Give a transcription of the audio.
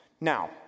Now